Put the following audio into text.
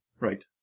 Right